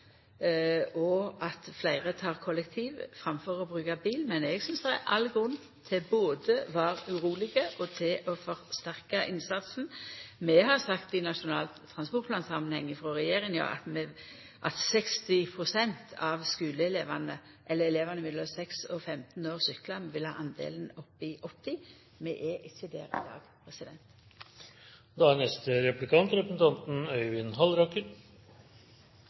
og at fleire reiser kollektivt framfor å bruka bil. Men eg synest det er all grunn til både å vera uroleg og å forsterka innsatsen. Vi har sagt i nasjonal transportplansamanheng frå regjeringa at vi vil ha talet på skuleelevar mellom 6 og 15 år som syklar, opp frå 60 pst. til 80 pst. Vi er